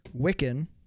Wiccan